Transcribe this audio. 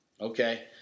Okay